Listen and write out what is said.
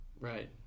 Right